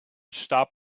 stop